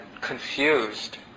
confused